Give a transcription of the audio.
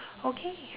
okay